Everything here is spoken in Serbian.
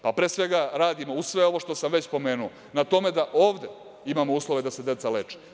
Pre svega radimo, uz sve ovo što sam već pomenuo, na tome da ovde imamo uslove da se deca leče.